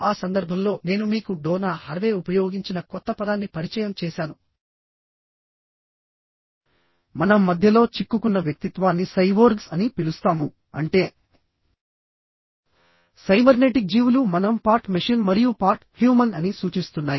ఆ సందర్భంలో నేను మీకు డోనా హరవే ఉపయోగించిన కొత్త పదాన్ని పరిచయం చేసాను మనం మధ్యలో చిక్కుకున్న వ్యక్తిత్వాన్ని సైబోర్గ్స్ అని పిలుస్తాము అంటే సైబర్నెటిక్ జీవులు మనం పార్ట్ మెషిన్ మరియు పార్ట్ హ్యూమన్ అని సూచిస్తున్నాయి